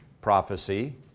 Prophecy